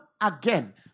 again